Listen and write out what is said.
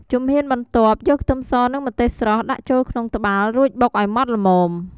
ជំហានបន្ទាប់ យកខ្ទឹមសនិងម្ទេសស្រស់ ដាក់ចូលក្នុងត្បាល់ រួចបុកឱ្យម៉ដ្ឋល្មម។